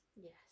yes